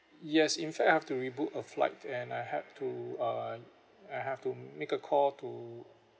yes in fact I have to rebook a flight and I have to uh I have to make a call to